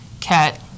cat